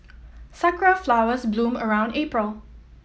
sakura flowers bloom around April